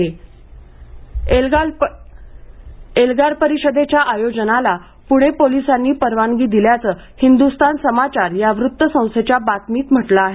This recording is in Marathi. पणे एल्गार एल्गार परिषदेच्या आयोजनाला पूणे पोलिसांनी परवानगी दिल्याचं हिंदुस्तान समाचार या वृत्त संस्थेच्या बातमीत म्हटलं आहे